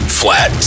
flat